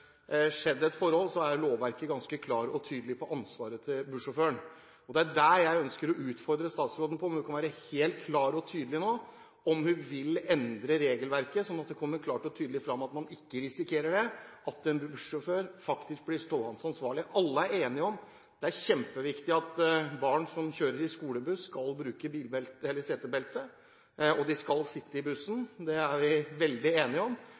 er lovverket ganske klart og tydelig når det gjelder ansvaret til bussjåføren. Jeg ønsker å utfordre statsråden på om hun nå kan være helt klar og tydelig på om hun vil endre regelverket, sånn at det kommer klart og tydelig fram at en bussjåfør ikke risikerer å bli stående ansvarlig. Alle er enige om at det er kjempeviktig at barn som kjøres i skolebuss, skal bruke setebelte, og at de skal sitte i bussen. Det er vi veldig enige om.